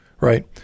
Right